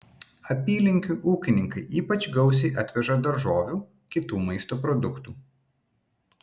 apylinkių ūkininkai ypač gausiai atveža daržovių kitų maisto produktų